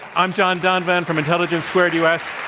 i'm john donvan from intelligence squared u. s.